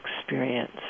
experience